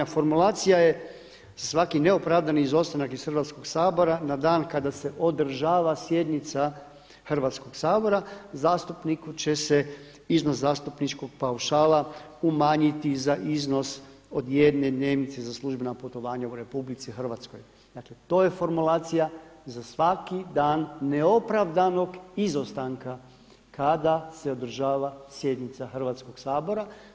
A formulacija je: „Za svaki neopravdani izostanak iz Hrvatskog sabora na dan kada se održava sjednica Hrvatskog sabora zastupniku će se iznos zastupničkog paušala umanjiti za iznos od jedne dnevnice za službena putovanja u Republici Hrvatskoj.“ Dakle, to je formulacija za svaki dan neopravdanog izostanka kada se održava sjednica Hrvatskog sabora.